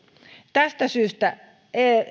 tästä syystä